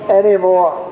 anymore